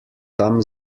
tam